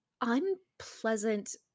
unpleasant